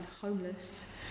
homeless